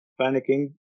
panicking